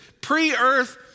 pre-earth